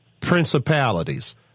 Principalities